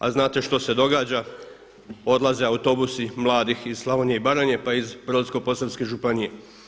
A znate što se događa, odlaze autobusi mladih iz Slavonije i Baranje pa iz Brodsko-posavske županije.